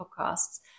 podcasts